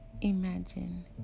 Imagine